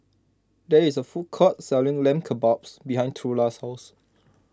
there is a food court selling Lamb Kebabs behind Trula's house